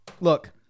look